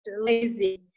lazy